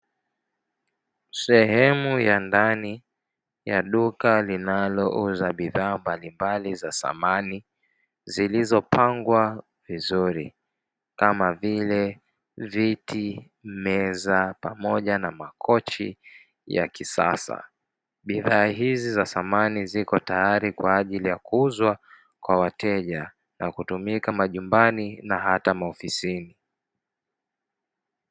Sehemu ya ndani ya duka linalouza bidhaa mbalimbali za samani zilizopangwa vizuri kama vile: viti, meza pamoja na makochi ya kisasa; bidhaa hizi za samani ziko tayari kwa ajili ya kuuzwa kwa wateja na kutumika majumbani na hata maofisini.